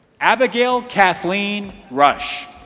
abigail kathleen rush.